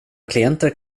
klienter